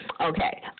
Okay